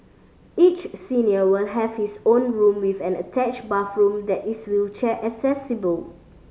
each senior will have his own room with an attached bathroom that is wheelchair accessible